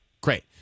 Great